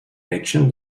direction